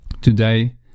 today